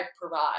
provide